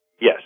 Yes